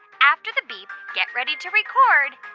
after the beep, get ready to record